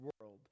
world